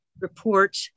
report